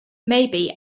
maybe